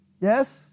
Yes